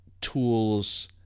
tools